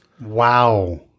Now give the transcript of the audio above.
Wow